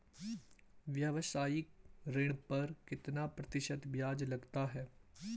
व्यावसायिक ऋण पर कितना प्रतिशत ब्याज लगता है?